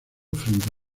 frente